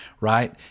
Right